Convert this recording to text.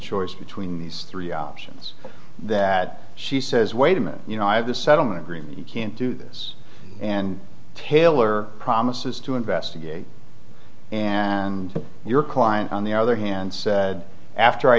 choice between these three options that she says wait a minute you know i have this settlement agreement you can't do this and taylor promises to investigate and your client on the other hand said after i